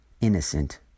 innocent